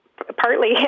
Partly